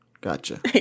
Gotcha